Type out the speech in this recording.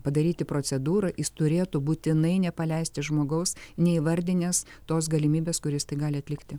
padaryti procedūrą jis turėtų būtinai nepaleisti žmogaus neįvardinęs tos galimybės kur jis tai gali atlikti